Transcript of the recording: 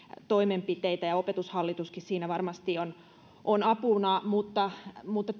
toimenpiteitä ja opetushallituskin siinä varmasti on on apuna mutta mutta